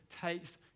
takes